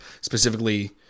Specifically